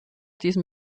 diesem